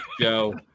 Joe